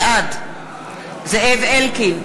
בעד זאב אלקין,